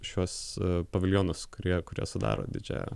šiuos paviljonus kurie kurie sudaro didžiąją